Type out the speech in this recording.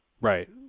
Right